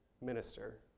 minister